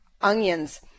onions